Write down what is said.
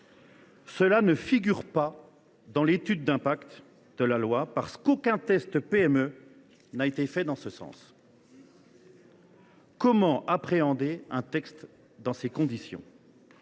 Cela ne figure pas dans l’étude d’impact de la loi, parce qu’aucun « test PME » n’a été réalisé. Comment appréhender un texte dans ces conditions ?